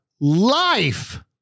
life